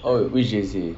oh which J_C